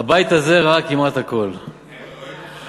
הבית הזה ראה כמעט הכול, השר פירון עכשיו.